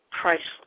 priceless